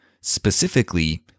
Specifically